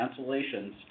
cancellations